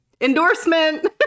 Endorsement